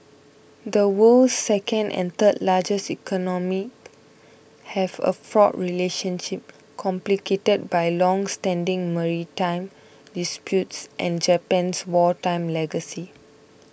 the world's second and third largest economies have a fraught relationship complicated by longstanding maritime disputes and Japan's wartime legacy